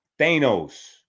Thanos